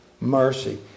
mercy